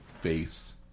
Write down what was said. face